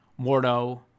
Mordo